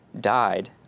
died